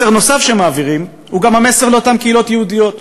מסר נוסף שמעבירים הוא גם המסר לאותן קהילות יהודיות.